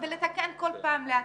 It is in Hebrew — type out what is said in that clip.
ולתקן, כל פעם לעדכן.